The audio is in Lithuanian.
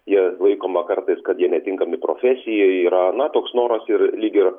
jie laikoma kartais kad jie netinkami profesijai yra na toks noras ir lyg ir